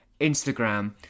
Instagram